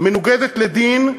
מנוגדת לדין,